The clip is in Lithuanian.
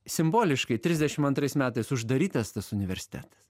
simboliškai trisdešim antrais metais uždarytas tas universitetas